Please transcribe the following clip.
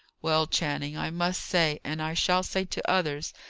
well, channing, i must say, and i shall say to others,